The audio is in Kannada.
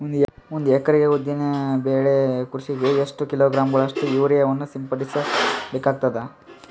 ಒಂದು ಎಕರೆ ಉದ್ದಿನ ಬೆಳೆ ಕೃಷಿಗೆ ಎಷ್ಟು ಕಿಲೋಗ್ರಾಂ ಗಳಷ್ಟು ಯೂರಿಯಾವನ್ನು ಸಿಂಪಡಸ ಬೇಕಾಗತದಾ?